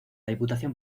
diputación